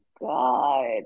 God